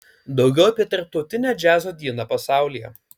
daugiau apie tarptautinę džiazo dieną pasaulyje